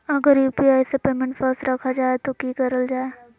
अगर यू.पी.आई से पेमेंट फस रखा जाए तो की करल जाए?